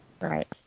Right